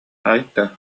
айта